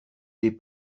des